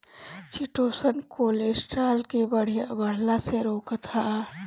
chitosan cholesterol के बढ़ला से रोकत हअ